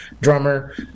drummer